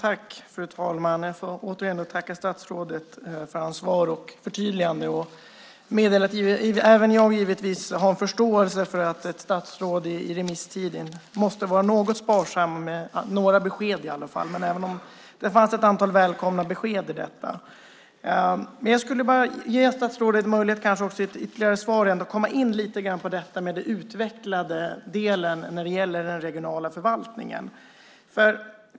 Fru talman! Jag får återigen tacka statsrådet för hans svar och förtydligande och meddela att även jag givetvis har förståelse för att ett statsråd i remisstider måste var något sparsam i alla fall med några besked. Men det fanns ett antal välkomna besked i detta. Jag skulle bara vilja ge statsrådet möjlighet att i ett ytterligare svar ändå komma in lite grann på detta med den utvecklade delen när det gäller den regionala förvaltningen.